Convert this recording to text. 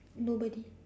nobody